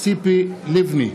ציפי לבני,